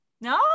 No